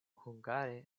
hungare